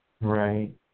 Right